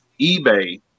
eBay